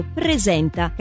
presenta